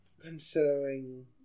Considering